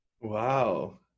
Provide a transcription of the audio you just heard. Wow